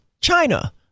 China